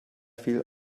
fiel